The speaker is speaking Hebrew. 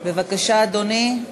בבקשה, אדוני.